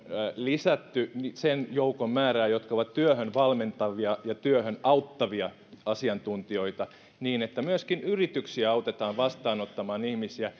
lisätty sen joukon määrää jotka ovat työhön valmentavia ja työhön auttavia asiantuntijoita niin että myöskin yrityksiä autetaan vastaanottamaan ihmisiä